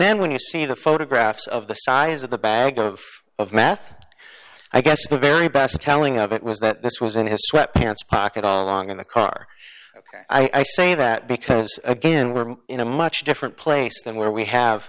then when you see the photographs of the size of the bag of of math i guess the very best telling of it was that this was in his sweat pants pocket all along in the car i say that because again we're in a much different place than where we have